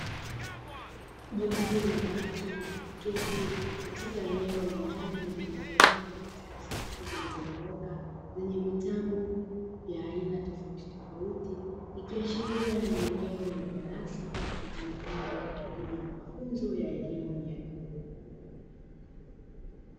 Jopo la watu, walioketi katika eneo la ndani lililopangwa katika safu zilizonyooka zenye vitabu vya aina tofautitofauti, ikiashiria ni eneo la darasa litumikalo kwa ajili ya mfunzo ya elimu ya juu.